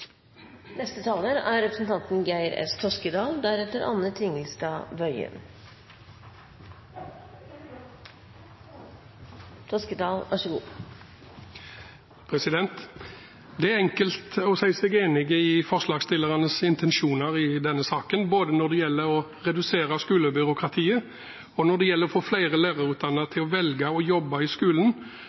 Det er enkelt å si seg enig i forslagsstillernes intensjoner i denne saken, både når det gjelder å redusere skolebyråkratiet og å få flere lærerutdannede til å velge å jobbe i skolen,